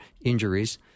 injuries